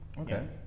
Okay